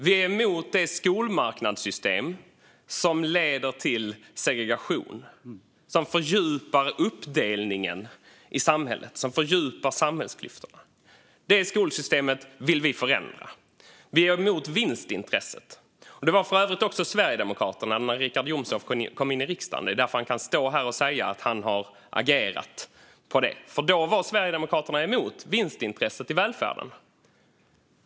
Vi är emot det skolmarknadssystem som leder till segregation och som fördjupar uppdelningen i samhället - som fördjupar samhällsklyftorna. Det skolsystemet vill vi förändra. Vi är emot vinstintresset. Det var för övrigt Sverigedemokraterna också när Richard Jomshof kom in i riksdagen. Det är därför han kan stå här och säga att han har agerat när det gäller det. Då var Sverigedemokraterna emot vinstintresset i välfärden.